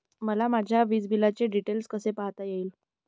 मला माझ्या वीजबिलाचे डिटेल्स कसे पाहता येतील?